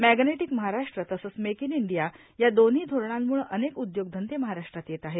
magnetic Maharashtra तसंच make in India या दोन्ही धोरणांमुळे अनेक उदयोग धंदे महाराष्ट्रात येत आहेत